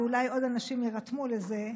ואולי עוד אנשים יירתמו לזה,